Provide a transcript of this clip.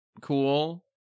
cool